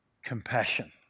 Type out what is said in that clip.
Compassion